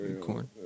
Corn